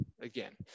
again